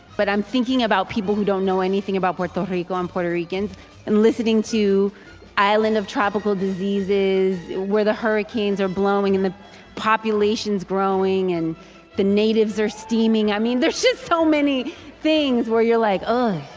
but i'm thinking about people who don't know anything about puerto rico and puerto ricans and listening to island of tropical diseases where the hurricanes are blowing and the population's growing and the natives are steaming. i mean, there's just so many things where you're like, oh,